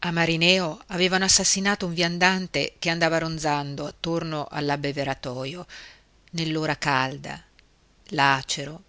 a marineo avevano assassinato un viandante che andava ronzando attorno all'abbeveratoio nell'ora calda lacero